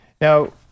Now